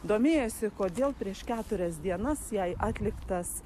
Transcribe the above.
domėjosi kodėl prieš keturias dienas jai atliktas